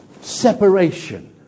separation